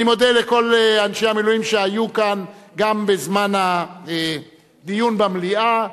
אני מודה לכל אנשי המילואים שהיו כאן גם בזמן הדיון במליאה.